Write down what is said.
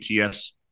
ATS